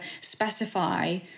specify